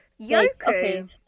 Yoku